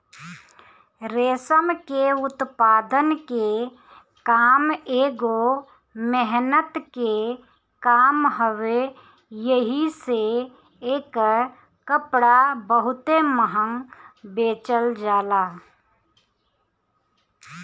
रेशम के उत्पादन के काम एगो मेहनत के काम हवे एही से एकर कपड़ा बहुते महंग बेचल जाला